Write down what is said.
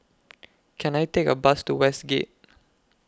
Can I Take A Bus to Westgate